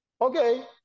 Okay